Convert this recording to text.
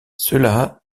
cela